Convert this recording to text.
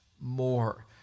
more